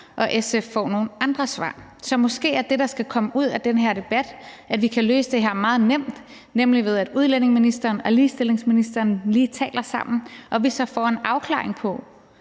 og SF har fået nogle andre svar. Så måske er det, der skal komme ud af den her debat, at vi kan løse det her meget nemt, nemlig ved at udlændingeministeren og ligestillingsministeren lige taler sammen, og så får vi en afklaring på,